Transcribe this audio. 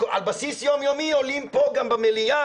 על בסיס יום יומי עולים גם פה במליאה